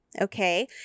okay